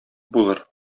булыр